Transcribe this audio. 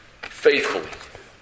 faithfully